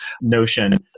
notion